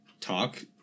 talk